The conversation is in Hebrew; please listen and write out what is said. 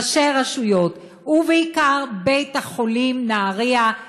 ראשי רשויות ובעיקר בית-החולים נהריה,